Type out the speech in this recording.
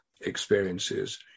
experiences